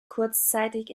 kurzzeitig